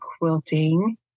quilting